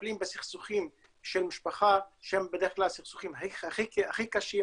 מטפלים בסכסוכים של משפחה שהם בדרך כלל הסכסוכים הכי קשים,